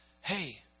Hey